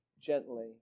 gently